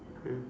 mm